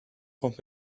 bump